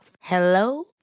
Hello